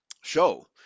show